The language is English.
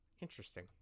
interesting